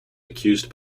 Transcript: accused